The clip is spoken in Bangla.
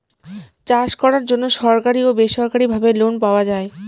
চাষ করার জন্য সরকারি ও বেসরকারি ভাবে লোন পাওয়া যায়